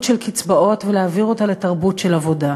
של קצבאות ולהעביר אותה לתרבות של עבודה.